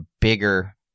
bigger